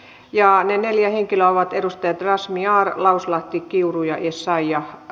ja ne neljä henkilöä ovat edustajat razmyar lauslahti kiuru ja essayah